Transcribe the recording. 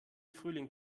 frühling